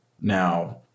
Now